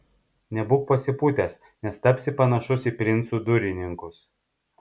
nebūk pasipūtęs nes tapsi panašus į princų durininkus